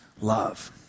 love